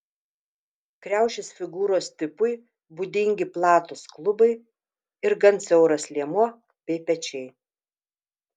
kriaušės figūros tipui būdingi platūs klubai ir gan siauras liemuo bei pečiai